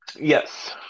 Yes